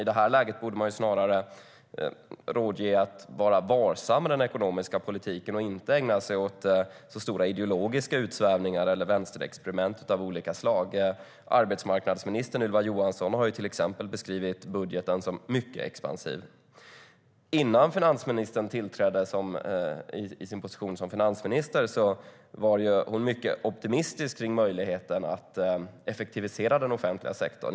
I det läget borde man väl snarare vara varsam med den ekonomiska politiken och inte ägna sig åt stora ideologiska utsvävningar eller vänsterexperiment av olika slag. Arbetsmarknadsminister Ylva Johansson har till exempel beskrivit budgeten som mycket expansiv. Innan finansministern tillträdde som finansminister var hon mycket optimistisk om möjligheten att effektivisera den offentliga sektorn.